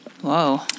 whoa